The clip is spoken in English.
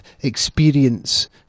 experience